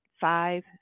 five